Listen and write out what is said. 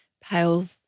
pale